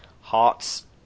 Hearts